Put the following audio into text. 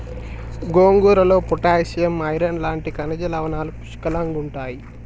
గోంగూరలో potassium, iron లాంటి ఖనిజ లవణాలు పుష్కలంగుంటాయి